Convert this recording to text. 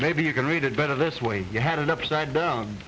maybe you can read it better this way you had it upside down